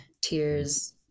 Tears